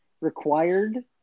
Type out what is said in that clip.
required